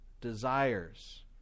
desires